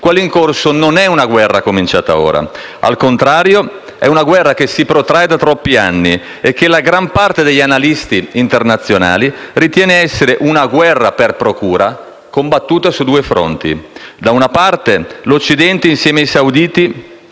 Quella in corso non è una guerra cominciata ora; al contrario, è una guerra che si protrae da troppi anni e che la gran parte degli analisti internazionali ritiene essere una guerra per procura, combattuta su due fronti: da una parte, l'Occidente, insieme ai sauditi